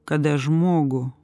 kada žmogų